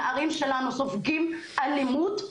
נערים שלנו סופגים אלימות,